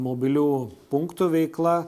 mobilių punktų veikla